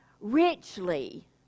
richly